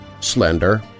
slender